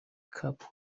cup